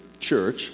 church